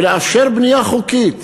ולאפשר בנייה חוקית,